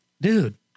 dude